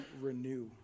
renew